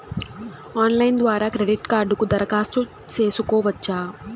Online ద్వారా credit కార్డుకు దరఖాస్తు సేసుకోవచ్చా?